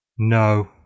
no